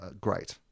great